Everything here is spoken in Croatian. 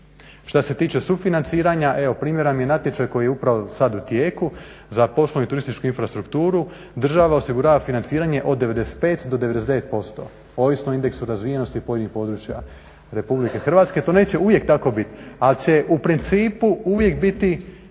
Što se tiče sufinanciranja, evo primjer vam je natječaj koji je upravo sad u tijeku za poslovnu i turističku infrastrukturu. Država osigurava financiranje od 95 do 99%, ovisno o indeksu razvijenosti pojedinih područja Republike Hrvatske. To neće uvijek tako biti, ali će u principu uvijek biti